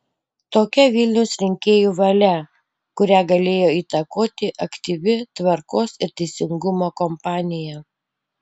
tokia vilniaus rinkėjų valia kurią galėjo įtakoti aktyvi tvarkos ir teisingumo kampanija